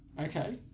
Okay